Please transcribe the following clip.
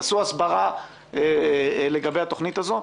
תעשו הסברה לגבי התוכנית הזו.